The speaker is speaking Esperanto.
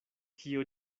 kio